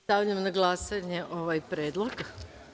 Stavljam na glasanje ovaj predlog.